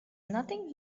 nothing